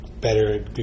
better